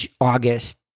august